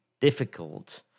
difficult